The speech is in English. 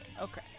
Okay